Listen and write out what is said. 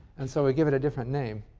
and so we give it a different name.